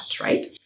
right